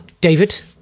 David